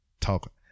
Talk